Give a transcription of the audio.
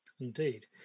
Indeed